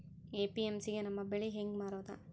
APMC ಗೆ ನಮ್ಮ ಬೆಳಿ ಹೆಂಗ ಮಾರೊದ?